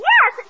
Yes